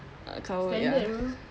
standard bro